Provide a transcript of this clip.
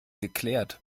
geklärt